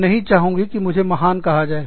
मैं नही चाहूँगी कि मुझे महान कहा जाए